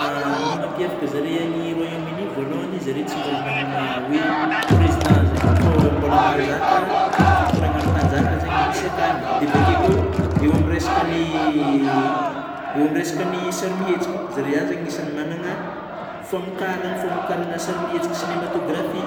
Ny mampiavaka zareo any Royaume-Unie voaloahany zareo tsy mbola magnana oe président zegny fa hoe mbola mpanjaka fitondragnan'ny mpanjaka zegny no misy akany dia avy akeo koa eo amin'ny resaka ny eo amin'ny resaka ny sary mihetsika zareo ihany zany manana famokaragna sary mihetsika cinematografia